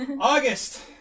August